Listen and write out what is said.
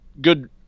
good